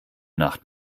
nacht